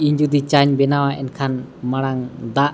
ᱤᱧ ᱡᱩᱫᱤ ᱪᱟ ᱤᱧ ᱵᱮᱱᱟᱣᱟ ᱮᱱᱠᱷᱟᱱ ᱢᱟᱲᱟᱝ ᱫᱟᱜ